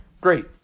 Great